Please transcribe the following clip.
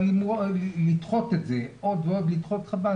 אבל לדחות את זה עוד ועוד זה חבל.